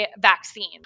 vaccine